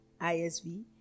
isv